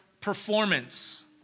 performance